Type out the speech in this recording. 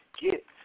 get